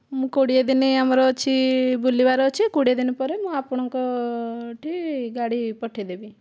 ମୁଁ କୋଡ଼ିଏ ଦିନ ଆମର ଅଛି ବୁଲିବାର ଅଛି କୋଡ଼ିଏ ଦିନ ପରେ ମୁଁ ଆପଣଙ୍କଠି ଗାଡି ପଠାଇଦେବି